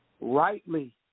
rightly